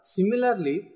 Similarly